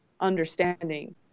understanding